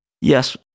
Yes